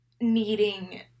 needing